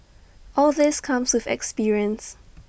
all this comes with experience